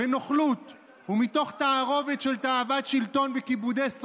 בנוכלות ומתוך תערובת של תאוות שלטון וכיבודי שררה,